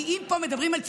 כי אם פה מדברים על צביעות,